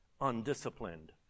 undisciplined